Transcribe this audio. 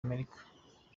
amerika